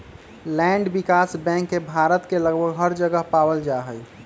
land विकास bank के भारत के लगभग हर जगह पावल जा हई